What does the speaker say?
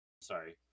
sorry